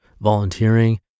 volunteering